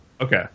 Okay